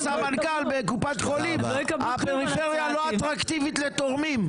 פעם אמר לי איזה סמנכ"ל בקופת חולים: הפריפריה לא אטרקטיבית לתורמים.